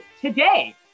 today